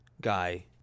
guy